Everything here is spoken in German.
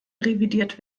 revidiert